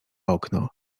okno